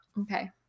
okay